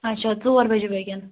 اچھا ژور بَجے بٲگٮ۪ن